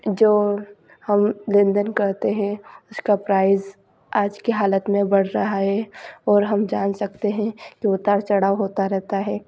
जो हम लेन देन करते हैं उसका प्राइज़ आज के हालत में बढ़ रहा हे और हम जान सकते हैं कि उतार चढ़ाव होता रहता है